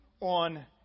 on